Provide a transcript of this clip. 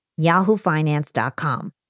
yahoofinance.com